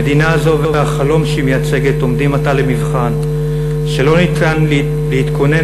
המדינה הזאת והחלום שהיא מייצגת עומדים עתה למבחן שאי-אפשר להתכונן